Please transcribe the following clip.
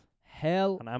Hell